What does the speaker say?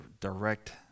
direct